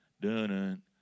Dun-dun